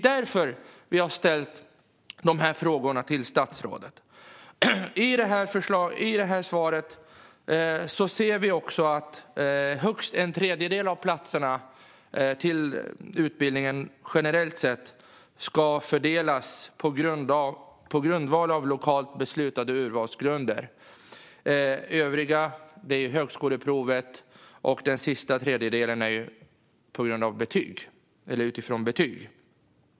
Enligt svaret ska generellt sett högst en tredjedel av utbildningsplatserna fördelas på grundval av lokalt beslutade urvalsgrunder. I övrigt antas en tredjedel utifrån högskoleprov och en tredjedel utifrån betyg.